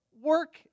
work